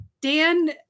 dan